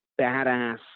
badass